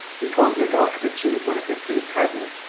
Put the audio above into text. you told your daughter to choose one of her three cousins,